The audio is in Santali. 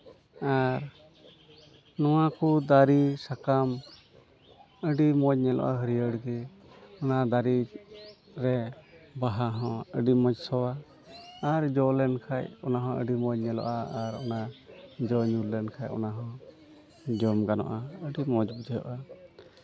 ᱟᱨ ᱱᱚᱣᱟ ᱠᱚ ᱫᱟᱨᱮ ᱥᱟᱠᱟᱢ ᱟᱹᱰᱤ ᱢᱚᱡᱽ ᱧᱮᱞᱚᱜᱼᱟ ᱦᱟᱹᱨᱭᱟᱹᱲ ᱜᱮ ᱱᱚᱣᱟ ᱫᱟᱨᱮ ᱨᱮ ᱵᱟᱦᱟ ᱦᱚᱸ ᱟᱹᱰᱤ ᱢᱚᱽ ᱥᱚᱼᱟ ᱟᱨ ᱡᱚ ᱞᱮᱱᱠᱷᱟᱡ ᱚᱱᱟ ᱦᱚᱸ ᱟᱹᱰᱤ ᱢᱚᱡᱽ ᱧᱮᱞᱚᱜᱼᱟ ᱟᱨ ᱚᱱᱟ ᱡᱚ ᱧᱩᱨ ᱞᱮᱱᱠᱷᱟᱡ ᱚᱱᱟᱦᱚᱸ ᱡᱚᱢ ᱜᱟᱱᱚᱜᱼᱟ ᱟᱹᱰᱤ ᱢᱚᱡᱽ ᱵᱩᱡᱷᱟᱹᱜᱼᱟ